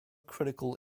critical